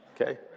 okay